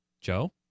Joe